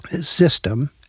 system